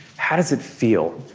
how does it feel?